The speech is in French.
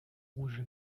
rouge